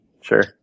Sure